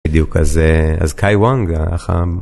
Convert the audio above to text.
בדיוק, אז, אז קאי וונג החם